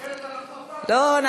אחרת, אנחנו